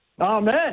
Amen